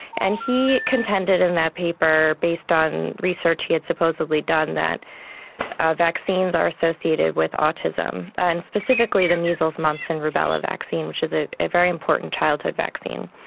and he contended in that paper based on research he had supposedly done that vaccines are associated with autism, and specifically the measles, mumps and rubella vaccine, which is ah a very important childhood vaccine.